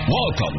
Welcome